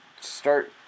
start